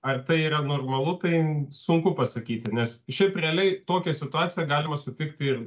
ar tai yra normalu tai sunku pasakyti nes šiaip realiai tokią situaciją galima sutikti ir